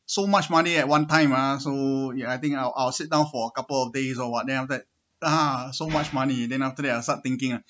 so much money at one time ah so I think I'll I'll sit down for a couple of days or what then after that (uh huh) so much money then after that I'll start thinking ah